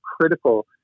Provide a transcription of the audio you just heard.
critical